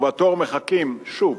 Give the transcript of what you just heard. ובתור מחכים, שוב,